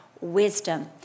wisdom